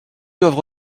doivent